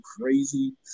crazy